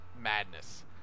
Madness